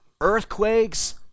earthquakes